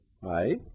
Right